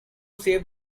save